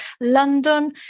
London